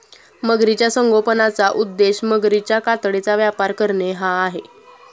मगरीच्या संगोपनाचा उद्देश मगरीच्या कातडीचा व्यापार करणे हा आहे